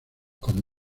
como